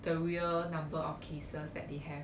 the real number of cases that they have